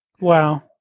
Wow